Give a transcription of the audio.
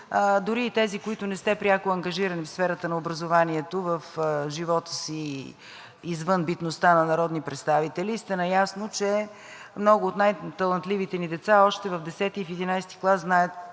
Дори и тези, които не сте пряко ангажирани в сферата на образованието в живота си извън битността на народни представители, сте наясно, че много от най-талантливите ни деца още в 10. и в 11. клас знаят